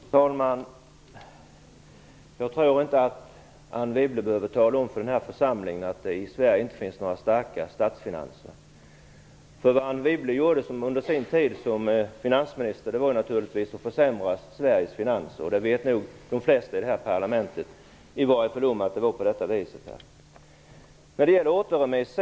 Fru talman! Jag tror inte att Anne Wibble behöver tala om för den här församlingen att det inte finns några starka statsfinanser i Sverige. Under sin tid som finansminister försämrade Anne Wibble naturligtvis Sveriges finanser. De flesta i det här parlamentet vet nog om att det var så. Så till frågan om återremiss.